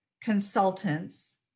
consultants